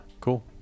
cool